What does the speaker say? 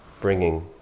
bringing